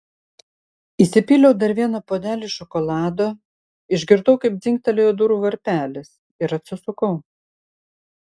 įsipyliau dar vieną puodelį šokolado išgirdau kaip dzingtelėjo durų varpelis ir atsisukau